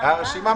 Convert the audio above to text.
סלימאן.